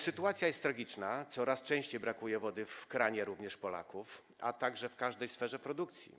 Sytuacja jest tragiczna, coraz częściej brakuje wody również w kranach u Polaków, a także w każdej sferze produkcji.